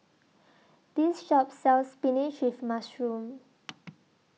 This Shop sells Spinach with Mushroom